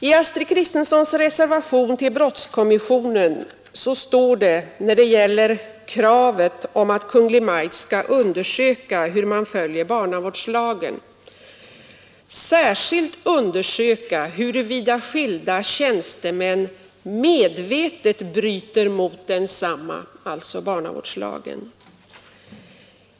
I fru Kristenssons reservation till brottskommissionens betänkande står det när det gäller kravet om att Kungl. Maj:t skall undersöka hur man följer barnavårdslagen: ”——— särskilt undersöka huruvida skilda tjänstemän medvetet bryter mot densamma” — alltså barnavårdslagen.